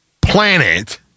planet